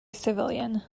civilian